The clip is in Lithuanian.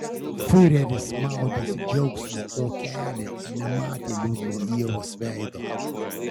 fiureris maudėsi džiaugsmo okeane ir nematė liūdno ievos veido